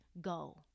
Go